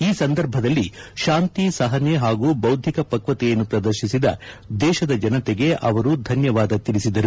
ಈ ಸಂದರ್ಭದಲ್ಲಿ ಶಾಂತಿ ಸಹನೆ ಹಾಗೂ ಭೌದ್ದಿಕ ಪಕ್ಷತೆಯನ್ನು ಪ್ರದರ್ಶಿಸಿದ ದೇಶದ ಜನತೆಗೆ ಅವರು ಧನ್ಯವಾದ ತಿಳಿಸಿದರು